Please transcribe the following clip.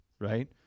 right